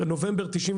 בנובמבר 1993,